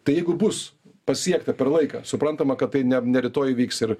tai jeigu bus pasiekta per laiką suprantama kad tai ne ne rytoj įvyks ir